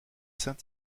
saint